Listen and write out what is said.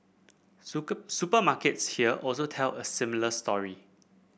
supermarkets here also tell a similar story